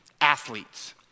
athletes